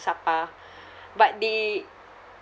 sapa but they